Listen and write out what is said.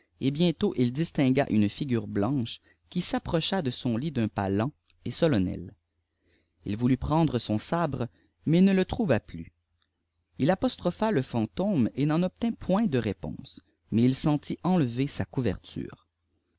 et bientôt i distingua une figure blanche qui s'approcha de son lit d'un pas leiii et solennel il voulut prendre son sabre mais il ne le trouva plus il apostropha le fantôme et n'en obtint point de réponse mais il sentit enlever sa couverture